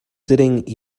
sitting